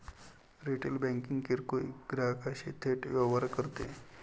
retail banking किरकोळ ग्राहकांशी थेट व्यवहार करते